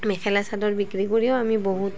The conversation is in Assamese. মেখেলা চাদৰ বিক্ৰী কৰিও আমি বহুত